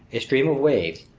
a stream of waves,